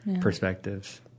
perspectives